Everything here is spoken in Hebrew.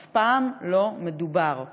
אף פעם לא מדובר.